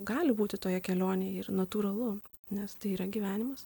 gali būti toje kelionėj ir natūralu nes tai yra gyvenimas